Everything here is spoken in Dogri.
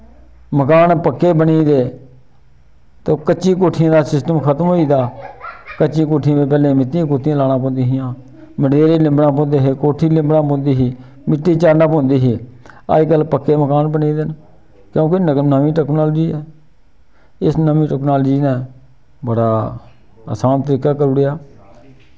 मकान पक्के बनी गेदे तो कच्ची कोठियें दा सिस्टम खत्म होई गेदा कच्चियें कोठियें पैह्ले मित्ती गोह्तियां लाना पौंदियां हियां मंडेरे लिम्बना पौंदे हे कोठी लिम्बना पौंदी ही मित्ती चाढ़ना पौंदी ही अजकल पक्के मकान बनी गेदे न क्यूंकि नमीं नमीं टैक्नोलाजी ऐ इस नमीं टैक्नोलाजी नै बड़ा असान तरीका करी ओड़ेआ